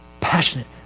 passionate